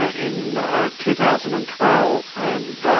ah in two thousand and twelve, and